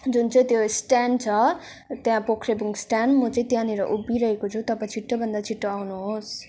जुन चाहिँ त्यो स्ट्यान्ड छ त्यहाँ पोख्रेबुङ स्ट्यान्ड म चाहिँ त्यहाँनेर उभिरहेएकी छु तपाईँ छिटोभन्दा छिटो आउनुहोस्